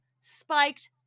spiked